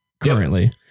currently